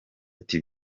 ati